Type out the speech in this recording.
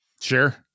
Sure